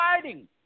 fighting